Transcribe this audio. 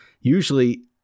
usually